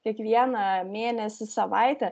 kiekvieną mėnesį savaitę